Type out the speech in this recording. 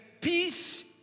peace